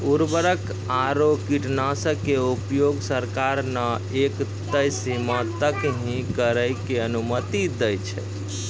उर्वरक आरो कीटनाशक के उपयोग सरकार न एक तय सीमा तक हीं करै के अनुमति दै छै